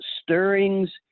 stirrings